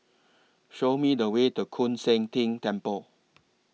Show Me The Way to Koon Seng Ting Temple